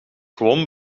gewoon